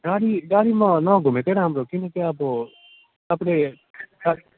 गाडी गाडीमा नघुमेकै राम्रो किनकि अब तपाईँले